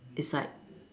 it's like